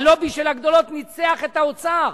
והלובי של הגדולות ניצח את האוצר,